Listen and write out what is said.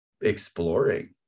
exploring